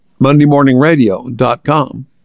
mondaymorningradio.com